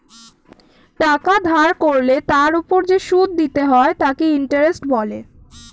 টাকা ধার করলে তার ওপর যে সুদ দিতে হয় তাকে ইন্টারেস্ট বলে